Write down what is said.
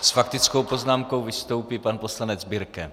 S faktickou poznámkou vystoupí pan poslanec Birke.